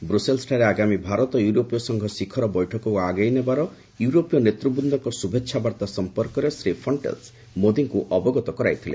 ବ୍ରସେଲସଠାରେ ଆଗାମୀ ଭାରତ ୟୁରୋପୀୟ ସଂଘ ଶିଖର ବୈଠକକୁ ଆଗେଇ ନେବାରେ ୟୁରୋପୀୟ ନେତୃବ୍ଦ୍ଦଙ୍କ ଶୁଭେଚ୍ଛା ବାର୍ତ୍ତା ସମ୍ପର୍କରେ ଶ୍ରୀ ଫଣ୍ଟଲେସ୍ ମୋଦୀଙ୍କ ଅବଗତ କରାଇଥିଲେ